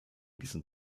diesen